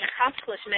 accomplishment